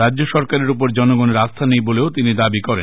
রাজ্য সরকারের উপর জনগণের আস্থা নেই বলে তিনি দাবি করেন